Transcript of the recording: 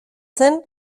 zen